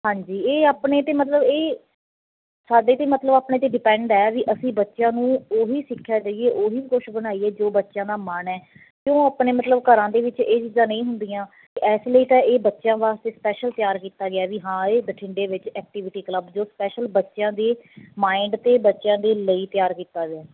ਹਾਂਜੀ ਇਹ ਆਪਣੇ 'ਤੇ ਮਤਲਬ ਇਹ ਸਾਡੇ 'ਤੇ ਮਤਲਬ ਆਪਣੇ 'ਤੇ ਡਿਪੈਂਡ ਹੈ ਵੀ ਅਸੀਂ ਬੱਚਿਆਂ ਨੂੰ ਉਹ ਹੀ ਸਿੱਖਿਆ ਦੇਈਏ ਉਹ ਹੀ ਕੁਛ ਬਣਾਈਏ ਜੋ ਬੱਚਿਆਂ ਦਾ ਮਨ ਹੈ ਅਤੇ ਉਹ ਆਪਣੇ ਮਤਲਬ ਘਰਾਂ ਦੇ ਵਿੱਚ ਇਹ ਚੀਜ਼ਾਂ ਨਹੀਂ ਹੁੰਦੀਆਂ ਅਤੇ ਇਸ ਲਈ ਤਾਂ ਇਹ ਬੱਚਿਆਂ ਵਾਸਤੇ ਸਪੈਸ਼ਲ ਤਿਆਰ ਕੀਤਾ ਗਿਆ ਵੀ ਹਾਂ ਇਹ ਬਠਿੰਡੇ ਵਿੱਚ ਐਕਟੀਵਿਟੀ ਕਲੱਬ ਜੋ ਸਪੈਸ਼ਲ ਬੱਚਿਆਂ ਦੇ ਮਾਇੰਡ ਅਤੇ ਬੱਚਿਆਂ ਦੇ ਲਈ ਤਿਆਰ ਕੀਤਾ ਗਿਆ